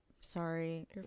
sorry